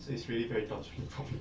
so it's really very torturing for me